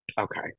Okay